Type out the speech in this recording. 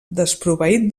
desproveït